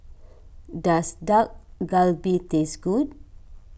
does Dak Galbi taste good